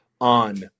on